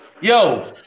Yo